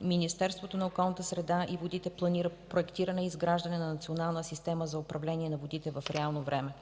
Министерството на околната среда и водите планира проектиране и изграждане на Национална система за управление на водите в реално време.